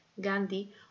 Gandhi